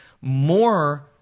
more